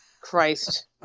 Christ